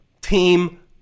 Team